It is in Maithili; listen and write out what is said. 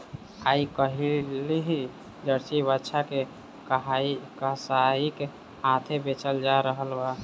आइ काल्हि जर्सी बाछा के कसाइक हाथेँ बेचल जा रहल छै